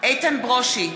איתן ברושי,